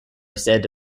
said